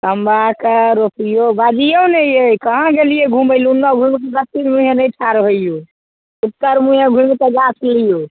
तम्बा कए रोपिऔ बजिऔ ने यै कहाँ गेलियै घुमै लए ओना घुमि कऽ दच्छिन मुहेँ नहि ठाढ़ होइऔ उत्तर मुहेँ घुमि कए गाछ लिऔ